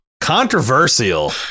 Controversial